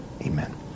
Amen